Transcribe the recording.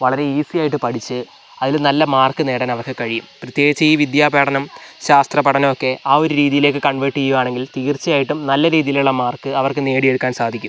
വളരെ ഈസിയായിട്ട് പഠിച്ച് അതിൽ നല്ല മാർക്ക് നേടാൻ അവർക്ക് കഴിയും പ്രത്യേകിച്ച് ഈ വിദ്യാ പഠനം ശാസ്ത്ര പഠനമൊക്കെ ആ ഒരു രീതിയിലേക്ക് കൺവേർട്ട് ചെയ്യുകയാണെങ്കിൽ തീർച്ചയായിട്ടും നല്ല രീതിയിലുള്ള മാർക്ക് അവർക്ക് നേടിയെടുക്കാൻ സാധിക്കും